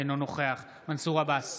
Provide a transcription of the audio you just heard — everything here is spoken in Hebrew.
אינו נוכח מנסור עבאס,